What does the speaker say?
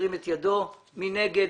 מי נגד?